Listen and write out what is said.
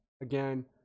again